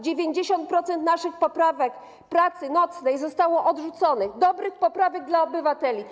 90% naszych poprawek z pracy nocnej zostało odrzuconych, dobrych poprawek dla obywateli.